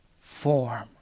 form